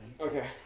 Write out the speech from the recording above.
Okay